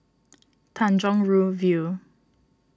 Tanjong Rhu View